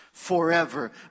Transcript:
forever